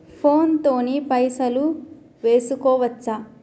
Phone తోని పైసలు వేసుకోవచ్చా?